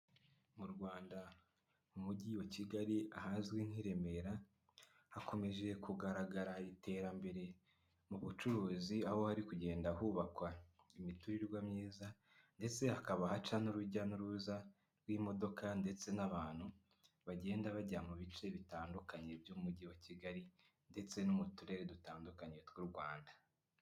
Mu Rwanda mu mujyi wa Kigali ahazwi nk'i Remera, hakomeje kugaragara iterambere mu bucuruzi, aho hari kugenda hubakwa imiturirwa myiza ndetse hakaba haca n'urujya n'uruza rw'imodoka ndetse n'abantu bagenda bajya mu bice bitandukanye by'umujyi wa Kigali ndetse no mu turere dutandukanye tw'u Rwanda.